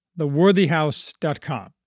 theworthyhouse.com